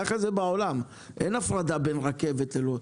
ככה זה בעולם, אין הפרדה בין רכבת לאוטובוסים.